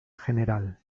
general